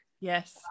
yes